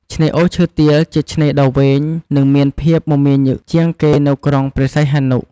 ឆ្នេរអូឈើទាល ជាឆ្នេរដ៏វែង និងមានភាពមមាញឹកជាងគេនៅក្រុងព្រះសីហនុ។